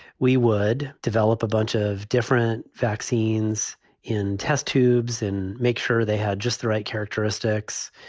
we would develop a bunch of different vaccines in test tubes and make sure they had just the right characteristics.